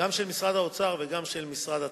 גם של משרד האוצר וגם של משרד התמ"ת,